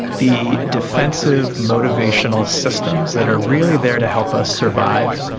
the defensive motivational systems that are really there to help us survive.